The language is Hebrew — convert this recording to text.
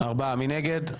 מי נגד?